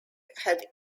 had